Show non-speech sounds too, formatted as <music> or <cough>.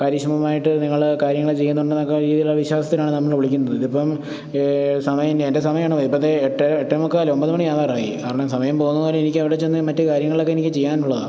കാര്യക്ഷമമായിട്ട് നിങ്ങള് കാര്യങ്ങള് ചെയ്യുന്നുണ്ടെന്നൊക്കെ രീതിയില് വിശ്വാസത്തിലാണ് നമ്മള് വിളിക്കുന്നത് ഇതിപ്പോള് സമയം എൻ്റെ സമയാണ് പോയത് ഇപ്പോള് ദേ എട്ടേ എട്ടേമുക്കാല് ഒമ്പത് മണിയാവാറായി കാരണം സമയം പോകുന്ന <unintelligible> എനിക്കവിടെ ചെന്ന് മറ്റു കാര്യങ്ങളൊക്കെ എനിക്ക് ചെയ്യാനുള്ളതാ